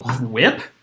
whip